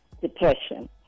depression